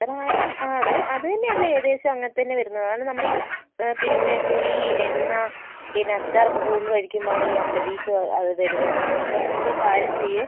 അതായാലും ആ അത് അതന്നെയല്ലേ ഏകദേശം അങ്ങനെതന്നെ വരുന്നത് നമ്മളീ പിന്നെ പുളി എണ്ണാ പിന്നെ അച്ചാറൊക്കേ കൂടുതൽ കഴിക്കുമ്പോഴാണ് ഈ അപ്പൻണ്ടീസ് അത് കൂടുതൽ വരുന്നത് അപ്പം നിങ്ങളൊരു കാര്യം ചെയ്യ്